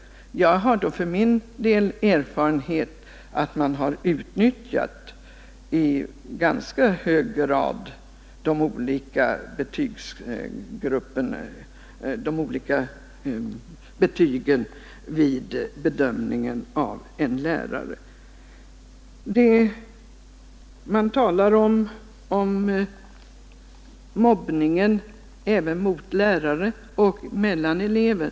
Jag har erfarenhet av att man i ganska hög grad har utnyttjat de olika vitsorden vid bedömningen av en lärare. Man talar om mobbningen både mot lärare och mellan elever.